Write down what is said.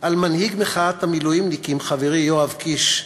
על מנהיג מחאת המילואימניקים חברי יואב קיש,